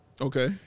Okay